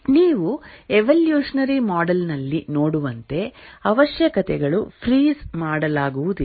ನೀವು evolutionary model ನಲ್ಲಿ ನೋಡುವಂತೆ ಅವಶ್ಯಕತೆಗಳು ಫ್ರೀಜ್ ಮಾಡಲಾಗುವುದಿಲ್ಲ